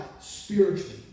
spiritually